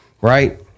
Right